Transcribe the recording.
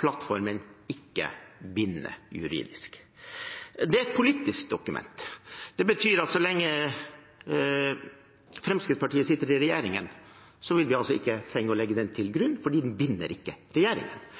plattformen ikke bindende juridisk. Det er et politisk dokument. Det betyr at så lenge Fremskrittspartiet sitter i regjering, vil vi ikke trenge å legge den til grunn, fordi den ikke binder regjeringen.